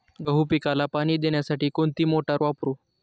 गहू पिकाला पाणी देण्यासाठी कोणती मोटार वापरू?